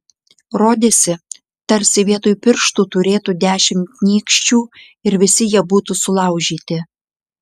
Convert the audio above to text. rodėsi tarsi vietoj pirštų turėtų dešimt nykščių ir visi jie būtų sulaužyti